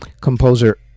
composer